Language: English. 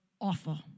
awful